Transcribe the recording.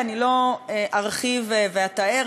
אני לא ארחיב ואתאר.